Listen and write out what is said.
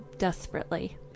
Desperately